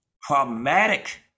Problematic